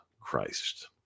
Christ